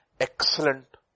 Excellent